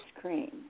cream